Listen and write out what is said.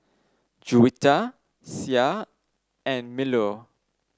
Juwita Syah and Melur